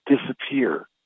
disappear